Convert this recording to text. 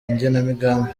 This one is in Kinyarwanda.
igenamigambi